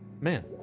man